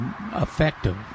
effective